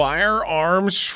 Firearms